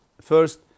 first